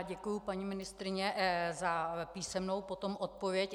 Děkuji, paní ministryně, za písemnou potom odpověď.